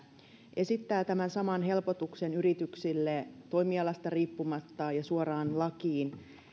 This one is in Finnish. esittää tämän saman helpotuksen yrityksille toimialasta riippumatta suoraan lakiin